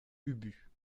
ubu